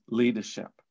leadership